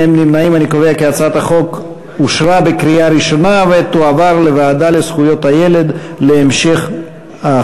התשע"ג 2013, לוועדה לזכויות הילד נתקבלה.